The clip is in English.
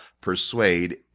persuade